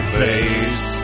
face